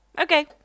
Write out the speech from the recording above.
okay